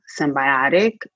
symbiotic